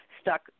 stuck